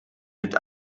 mit